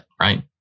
right